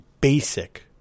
basic